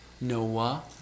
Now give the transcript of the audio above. Noah